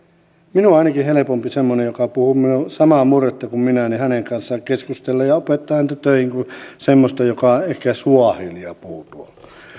on ainakin helpompi semmoisen kanssa joka puhuu samaa murretta kuin minä keskustella ja opettaa häntä töihin kuin semmoisen joka ehkä suahilia puhuu